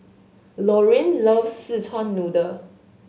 Lorraine loves Szechuan Noodle